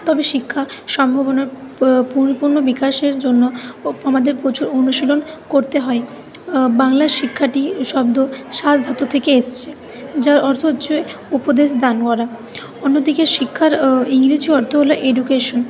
তবে শিক্ষা সম্ভবনার পরিপূর্ণ বিকাশের জন্য ও আমাদের প্রচুর অনুশীলন করতে হয় বাংলা শিক্ষাটি শব্দ সাজ ধাতু থেকে এসছে যার অর্থ হচ্ছে উপদেশ দান করা অন্য দিকে শিক্ষার ইংরেজি অর্থ হল এডুকেশন